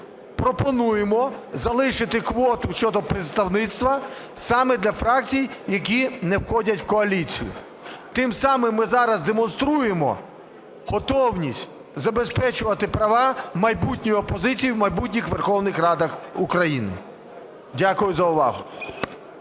пропонуємо залишити квоту щодо представництва саме для фракцій, які не входять в коаліцію. Тим самим ми зараз демонструємо готовність забезпечувати права майбутньої опозиції у майбутніх Верховних Радах України. Дякую за увагу.